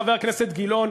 חבר הכנסת גילאון,